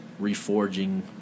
reforging